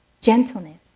gentleness